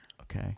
Okay